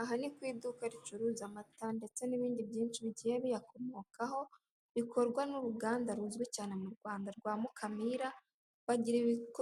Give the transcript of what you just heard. Aha ni ku iduka ricuruza amata ndetse n'ibindi byinshi bigiye biyakomokaho, bikorwa n'uruganda ruzwi cyane mu Rwanda rwa mukamira, bagira ibiko